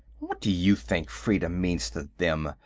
what do you think freedom means to them?